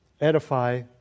edify